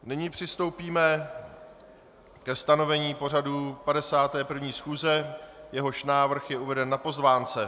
Nyní přistoupíme ke stanovení pořadu 51. schůze, jehož návrh je uveden na pozvánce.